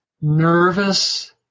nervous